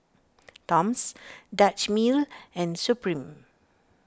Toms Dutch Mill and Supreme